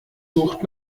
sucht